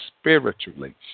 spiritually